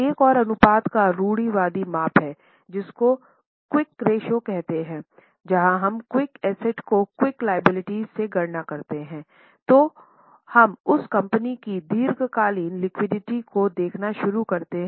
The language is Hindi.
एक और अनुपात का रूढ़िवादी माप हैं जिसको क्विक रेश्यो की गणना करते हैं